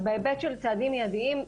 אז בהיבט של צעדים מיידיים,